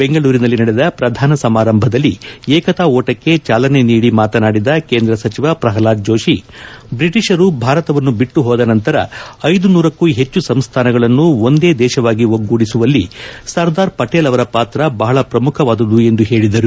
ಬೆಂಗಳೂರಿನಲ್ಲಿ ನಡೆದ ಪ್ರಧಾನ ಸಮಾರಂಭದಲ್ಲಿ ಏಕತಾ ಓಟಕ್ಕೆ ಚಾಲನೆ ನೀಡಿ ಮಾತನಾಡಿದ ಕೇಂದ್ರ ಸಚಿವ ಪ್ರಲ್ವಾದ್ ಜೋಷಿ ಬ್ರಿಟಿಷರು ಭಾರತವನ್ನು ಬಿಟ್ಟು ಹೋದ ನಂತರ ಐನೂರಕ್ಕೂ ಹೆಚ್ಚು ಸಂಸ್ಥಾನಗಳನ್ನು ಒಂದೇ ದೇಶವಾಗಿ ಒಗ್ಗೂಡಿಸುವಲ್ಲಿ ಸರ್ದಾರ್ ಪಟೇಲ್ ಪಾತ್ರ ಬಹಳ ಪ್ರಮುಖವಾದುದು ಎಂದು ಹೇಳದರು